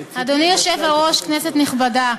אדוני היושב-ראש, כנסת נכבדה,